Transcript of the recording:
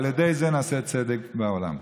ועל ידי זה נעשה צדק בעולם.